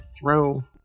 throw